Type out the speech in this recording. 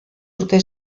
urte